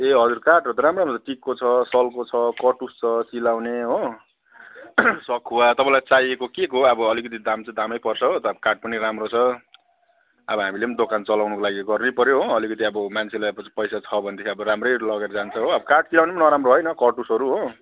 ए हजुर काठहरू त राम्रो राम्रो छ टिकको छ सालको छ कटुस छ चिलाउने हो सखुवा तपाईँलाई चाहिएको केको हो अब अलिकति दाम चाहिँ दामै पर्छ हो तर काठ पनि राम्रो छ आबो हामीले पनि दोकान चलाउनुको लागि गर्नैपऱ्यो हो अलिकति अब मान्छेलाई अब पैसा छ भनेदेखि अब राम्रै लगेर जान्छ हो अब काठ चिलाउने पनि नराम्रो होइन कटुसहरू हो